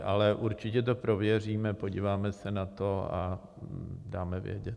Ale určitě to prověříme, podíváme se na to a dáme vědět.